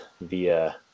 via